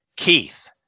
Keith